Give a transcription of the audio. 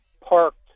parked